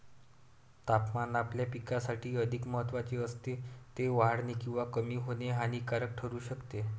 तापमान आपल्या पिकासाठी अधिक महत्त्वाचे असते, ते वाढणे किंवा कमी होणे हानिकारक ठरू शकते